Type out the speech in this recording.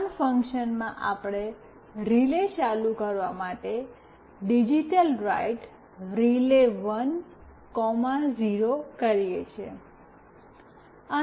on ફંક્શનમાં આપણે relay ચાલુ કરવા માટે ડિજિટલરાઇટરિલે10 કરીએ છીએ